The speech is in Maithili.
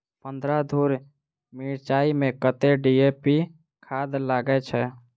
पन्द्रह धूर मिर्चाई मे कत्ते डी.ए.पी खाद लगय छै?